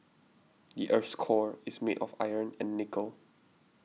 the earth's core is made of iron and nickel